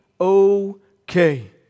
okay